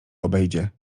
obejdzie